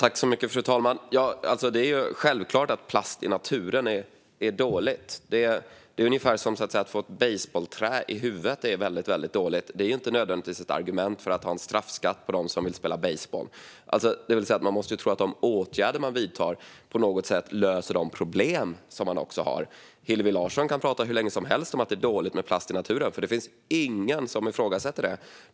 Fru talman! Det är självklart att plast i naturen är dåligt. Det är ungefär som att få ett basebollträ i huvudet. Det är väldigt dåligt. Det är inte nödvändigtvis ett argument för att ha en straffskatt på dem som vill spela baseboll. Man måste tro att de åtgärder man vidtar på något sätt löser de problem som man har. Hillevi Larsson kan prata hur länge som helst om att det är dåligt med plast i naturen. Det finns ingen som ifrågasätter det.